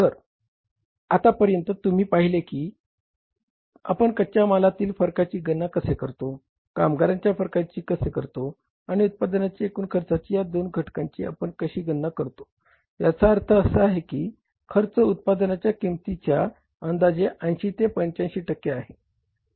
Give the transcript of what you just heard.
तर आता पर्यंत तुम्ही पाहिले की आपण कच्या मालातील फरकाची गणना कसे करतो कामगारांच्या फरकाची कसे करतो आणि उत्पादनाच्या एकूण खर्चाच्या या दोन घटकांची आपण कशी गणना करतो याचा अर्थ हे खर्च उत्पादनाच्या किंमतीच्या अंदाजे 80 ते 85 टक्के आहे